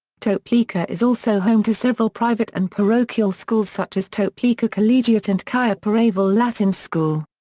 topeka is also home to several private and parochial schools such as topeka collegiate and cair paravel-latin school.